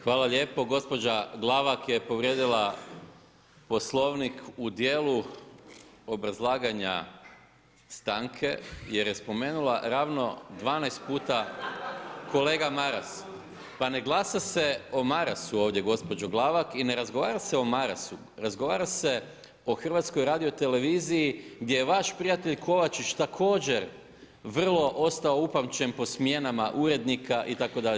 Hvala lijepo, gđa. Glavak je povrijedila poslovnik u dijelu obrazlaganja stanke, jer je spomenula ravno 12 puta, kolega Maras, pa ne glasa se o Marasu ovdje gđa. Glavak i ne razgovara se o Marasu, razgovara se o HRT gdje vaš prijatelj Kovačić također vrlo ostao upamćen po smjenama urednika itd.